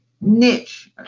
niche